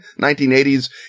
1980s